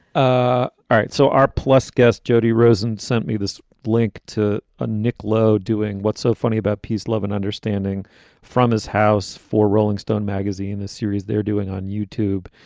ah all right. so our plus guest, jody rosen, sent me this link to ah nick lowe doing what's so funny about peace, love and understanding from his house for rolling stone magazine, a series they're doing on youtube.